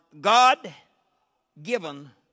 God-given